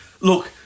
look